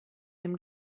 dem